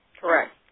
Correct